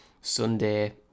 Sunday